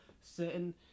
certain